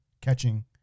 catching